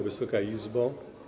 Wysoka Izbo!